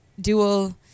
dual